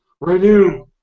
renew